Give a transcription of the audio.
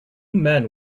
men